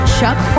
Chuck